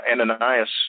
Ananias